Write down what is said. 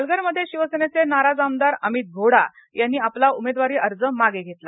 पालघरमध्ये शिवसेनेचे नाराज आमदार अमित घोडा यांनी आपला उमेदवारी अर्ज मागे घेतला